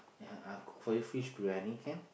ya I cook for you fish briyani can